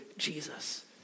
Jesus